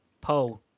Pole